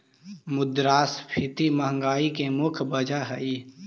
मुद्रास्फीति महंगाई की मुख्य वजह हई